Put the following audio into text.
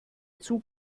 zug